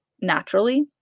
naturally